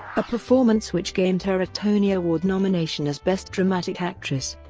a performance which gained her a tony award nomination as best dramatic actress.